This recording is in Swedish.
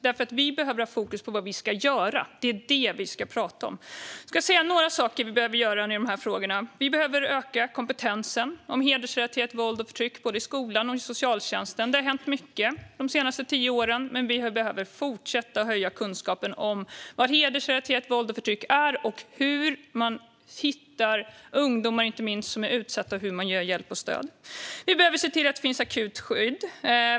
Vi behöver nämligen ha fokus på det vi ska göra. Det är det vi ska prata om. Jag ska säga några saker som vi behöver göra. Vi behöver öka kompetensen i fråga om hedersrelaterat våld och förtryck, både i skolan och i socialtjänsten. Det har hänt mycket de senaste tio åren. Men vi behöver fortsätta att öka kunskapen om vad hedersrelaterat våld och förtryck är, hur man hittar inte minst ungdomar som är utsatta och hur man ger hjälp och stöd. Vi behöver se till att det finns akut skydd.